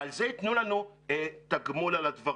ועל זה ייתנו לנו תגמול על הדברים.